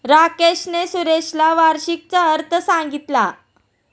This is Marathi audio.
राकेशने सुरेशला वार्षिकीचा अर्थ सांगितला